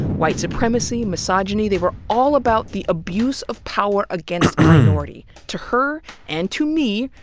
white supremacy, misogyny, they were all about the abuse of power against a minority to her and to me,